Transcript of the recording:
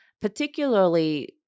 particularly